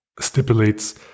stipulates